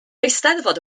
eisteddfod